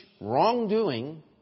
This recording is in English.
wrongdoing